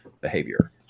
behavior